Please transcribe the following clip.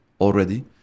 already